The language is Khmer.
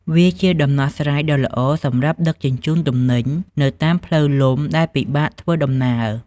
វាជាដំណោះស្រាយដ៏ល្អសម្រាប់ដឹកជញ្ជូនទំនិញនៅតាមផ្លូវលំដែលពិបាកធ្វើដំណើរ។